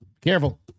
Careful